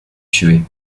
tuer